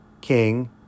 king